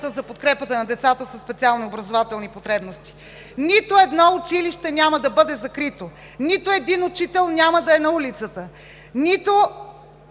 за подкрепата на децата със специални образователни потребности. Нито едно училище няма да бъде закрито. Нито един учител няма да е на улицата. Нито